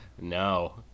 No